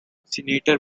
senator